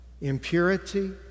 impurity